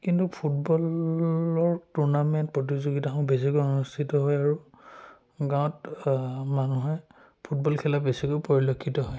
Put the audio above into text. কিন্তু ফুটবলৰ টুৰ্ণামেণ্ট প্ৰতিযোগিতাখন বেছিকৈ অনুষ্ঠিত হয় আৰু গাঁৱত মানুহে ফুটবল খেলা বেছিকৈ পৰিলক্ষিত হয়